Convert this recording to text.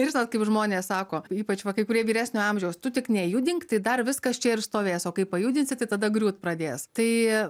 ir žinot kaip žmonės sako ypač va kai kurie vyresnio amžiaus tu tik nejudink tai dar viskas čia ir stovės o kai pajudinsi tai tada griūt pradės tai